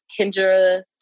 Kendra